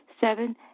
Seven